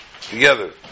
together